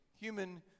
human